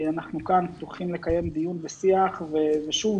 אנחנו כאן פתוחים לקיים דיון ושיח ושוב,